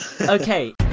Okay